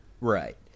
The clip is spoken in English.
Right